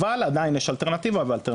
אבל עדיין יש אלטרנטיבה,